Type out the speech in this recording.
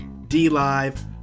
DLive